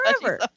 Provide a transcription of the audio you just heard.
forever